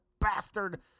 bastard